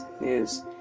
news